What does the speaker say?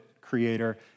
creator